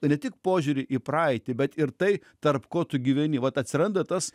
ne tik požiūrį į praeitį bet ir tai tarp ko tu gyveni vat atsiranda tas